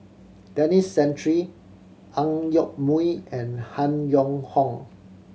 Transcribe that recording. Denis Santry Ang Yoke Mooi and Han Yong Hong